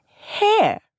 hair